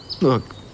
Look